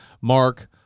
Mark